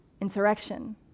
Insurrection